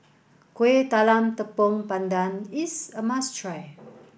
Kuih Talam Tepong Pandan is a must try